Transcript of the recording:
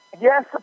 Yes